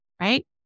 right